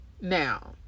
now